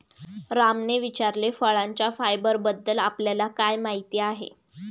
रामने विचारले, फळांच्या फायबरबद्दल आपल्याला काय माहिती आहे?